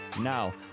Now